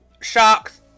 Sharks